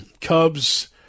Cubs